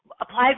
applies